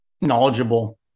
knowledgeable